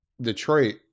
Detroit